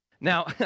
Now